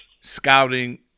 scouting